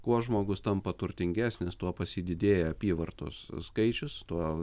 kuo žmogus tampa turtingesnis tuo pas jį didėja apyvartos skaičius tuo